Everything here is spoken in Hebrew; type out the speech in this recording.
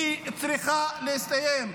צריכה להסתיים.